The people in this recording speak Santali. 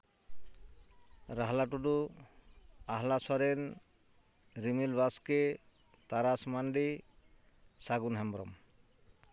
ᱨᱟᱦᱞᱟ ᱴᱩᱰᱩ ᱟᱦᱞᱟ ᱥᱚᱨᱮᱱ ᱨᱤᱢᱤᱞ ᱵᱟᱥᱠᱮ ᱛᱟᱨᱟᱥ ᱢᱟᱱᱰᱤ ᱥᱟᱹᱜᱩᱱ ᱦᱮᱢᱵᱽᱨᱚᱢ